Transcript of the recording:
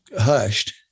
hushed